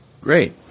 great